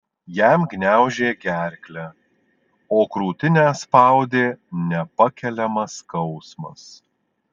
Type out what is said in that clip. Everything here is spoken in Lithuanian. jam gniaužė gerklę o krūtinę spaudė nepakeliamas skausmas